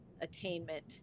attainment